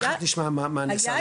תיכף נשמע.